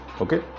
okay